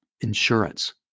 insurance